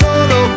Solo